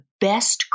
best